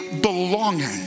belonging